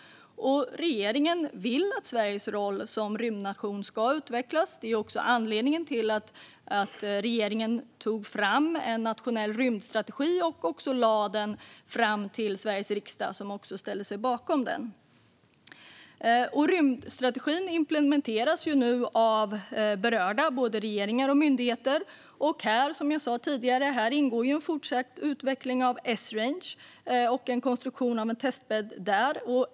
Regeringen vill att Sveriges roll som rymdnation ska utvecklas. Det är också anledningen till att regeringen tog fram en nationell rymdstrategi och lade fram den i Sveriges riksdag, som har ställt sig bakom den. Rymdstrategin implementeras nu av berörda. Det gäller såväl regeringen som myndigheter. Som jag sa tidigare ingår i detta en fortsatt utveckling av Esrange och en konstruktion av en testbädd där.